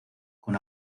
con